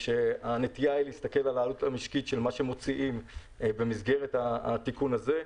שהנטייה היא להסתכל על העלות המשקית של מה שמוציאים במסגרת התיקון הזה,